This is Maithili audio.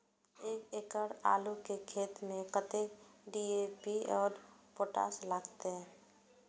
एक एकड़ आलू के खेत में कतेक डी.ए.पी और पोटाश लागते?